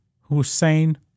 Hussein